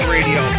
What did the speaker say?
Radio